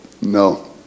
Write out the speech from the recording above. No